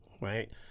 Right